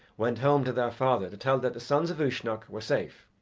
went home to their father to tell that the sons of uisnech were safe.